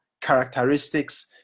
characteristics